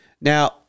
Now